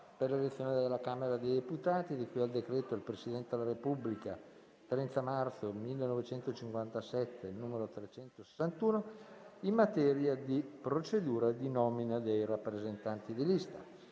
per la elezione della Camera dei deputati, di cui al decreto del Presidente della Repubblica 30 marzo 1957, n. 361, in materia di procedura di nomina dei rappresentanti di lista***